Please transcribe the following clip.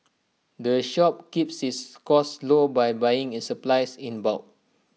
the shop keeps its costs low by buying its supplies in bulk